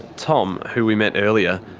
tom, who we met earlier,